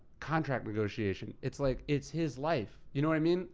contract negotiation. it's like, it's his life, you know what i mean?